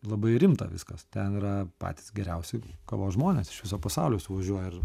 labai rimta viskas ten yra patys geriausi kavos žmonės iš viso pasaulio suvažiuoja ir